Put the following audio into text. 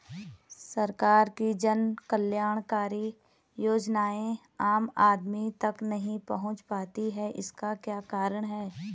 सरकार की जन कल्याणकारी योजनाएँ आम आदमी तक नहीं पहुंच पाती हैं इसका क्या कारण है?